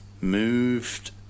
moved